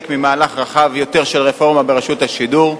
ממהלך רחב יותר של רפורמה ברשות השידור,